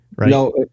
No